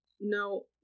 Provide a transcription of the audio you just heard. no